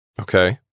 Okay